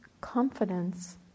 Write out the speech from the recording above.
confidence